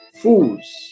Fools